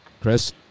Chris